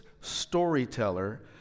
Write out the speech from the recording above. storyteller